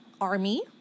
ARMY